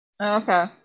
okay